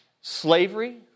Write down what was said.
slavery